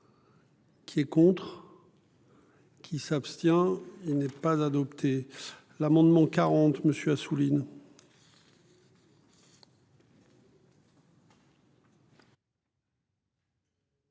Qui est contre. Qui s'abstient. Il n'est pas adopté l'amendement 40 monsieur Assouline.